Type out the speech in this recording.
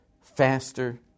faster